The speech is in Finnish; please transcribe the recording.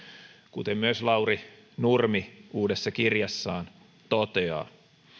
kuten myös lauri nurmi uudessa kirjassaan toteaa